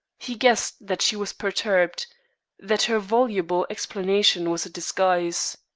he guessed that she was perturbed that her voluble explanation was a disguise.